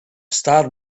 star